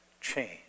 change